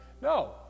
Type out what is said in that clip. No